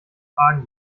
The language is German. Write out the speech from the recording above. kragen